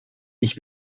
ich